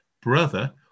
brother